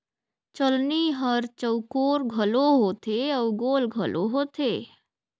चलनी हर चउकोर घलो होथे अउ गोल घलो होथे